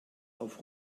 auf